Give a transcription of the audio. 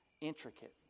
Intricate